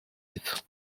ève